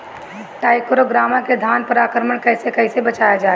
टाइक्रोग्रामा के धान पर आक्रमण से कैसे बचाया जाए?